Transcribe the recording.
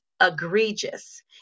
egregious